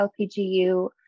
LPGU